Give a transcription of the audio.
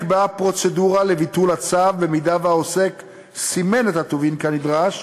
נקבעה פרוצדורה לביטול הצו אם העוסק סימן את הטובין כנדרש,